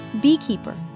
beekeeper